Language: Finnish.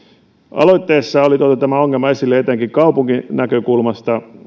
aloitteessa oli tuotu tämä ongelma esille etenkin kaupunkinäkökulmasta